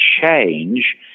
change